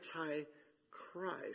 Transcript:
anti-Christ